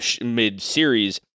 mid-series